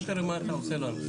בוא תראה מה אתה עושה לנו.